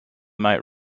might